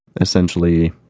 essentially